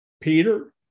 Peter